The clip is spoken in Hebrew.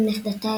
עם נכדתה,